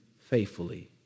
faithfully